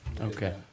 Okay